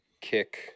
kick